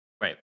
Right